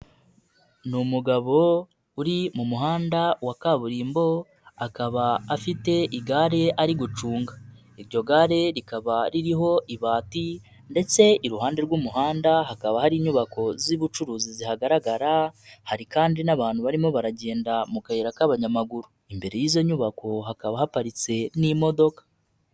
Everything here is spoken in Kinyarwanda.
Ni umugabo uri mu muhanda wa kaburimbo akaba afite igare ari gucunga, iryo gare rikaba ririho ibati ndetse iruhande rw'umuhanda hakaba hari inyubako z'ubucuruzi zihagaragara hari kandi n'abantu barimo baragenda mu kayira k'abanyamaguru, imbere y'izo nyubako hakaba haparitse n'imodoka.